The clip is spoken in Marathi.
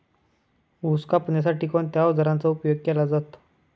ऊस कापण्यासाठी कोणत्या अवजारांचा उपयोग केला जातो?